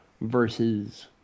versus